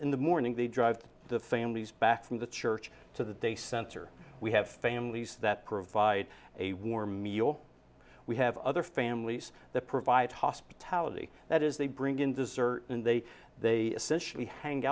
in the morning they drive to the families back from the church to the day center we have families that provide a warm meal we have other families that provide hospitality that is they bring in dessert and they they we hang